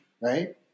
right